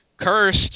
Cursed